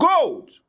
gold